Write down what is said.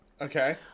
Okay